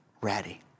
ready